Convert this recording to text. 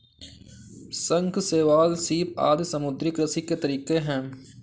शंख, शैवाल, सीप आदि समुद्री कृषि के तरीके है